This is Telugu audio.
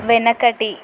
వెనకటి